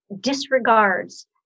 disregards